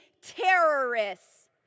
terrorists